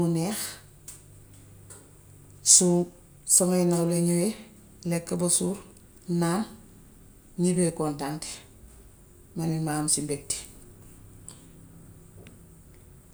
Mu neex su samay nawle ñówee lekk ba suur naan, ñibbee kontànte. Man it ma am si mbégte.